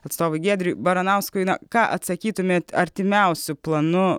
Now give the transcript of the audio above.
atstovui giedriui baranauskui na ką atsakytumėt artimiausiu planu